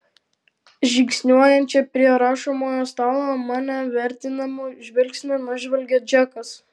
žingsniuojančią prie rašomojo stalo mane vertinamu žvilgsniu nužvelgia džekas